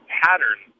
pattern